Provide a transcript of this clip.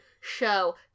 show